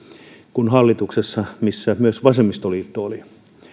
kuin hallituksessa missä myös vasemmistoliitto oli